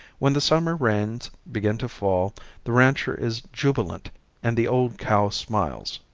when the summer rains begin to fall the rancher is jubilant and the old cow smiles.